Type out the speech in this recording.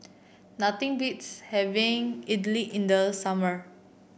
nothing beats having idly in the summer